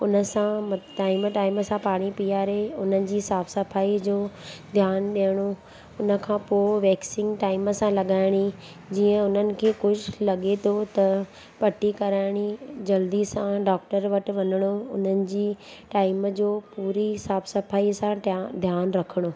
हुनसां मत time time सां पाणी पीआरे हुननि जी साफ़ सफ़ाई जो ध्यानु ॾियणो हुनखां पोइ वैक्सीन टाइम सां लॻाइणी जीअं हुननि खे कुझु लॻे थो त पटी कराइणी जल्दी सां डॉक्टर वटि वञिणो हुननि जी टाइम जो पूरी साफ़ सफ़ाई सां टां ध्यानु रखणो